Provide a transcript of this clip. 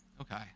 Okay